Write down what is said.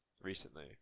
recently